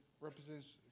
represents